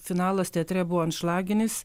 finalas teatre buvo anšlaginis